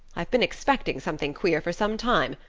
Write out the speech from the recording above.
i've been expecting something queer for some time.